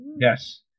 Yes